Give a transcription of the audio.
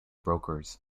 brokers